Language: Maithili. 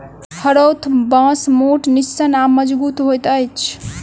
हरोथ बाँस मोट, निस्सन आ मजगुत होइत अछि